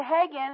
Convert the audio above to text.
Hagen